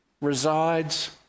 resides